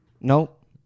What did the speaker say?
Nope